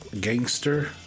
gangster